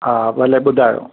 हा भले ॿुधायो